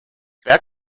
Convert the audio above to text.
wer